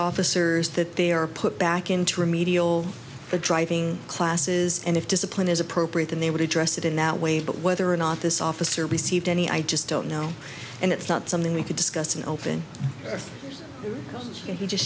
officers that they are put back into remedial the driving classes and if discipline is appropriate then they would address it in that way but whether or not this officer received any i just don't know and it's not something we could discuss in open and he just